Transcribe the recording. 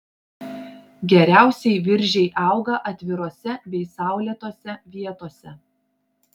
geriausiai viržiai auga atvirose bei saulėtose vietose